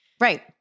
Right